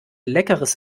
leckeres